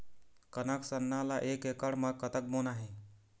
कनक सरना ला एक एकड़ म कतक बोना हे?